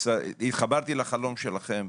התחברתי לחלום שלכם.